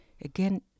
Again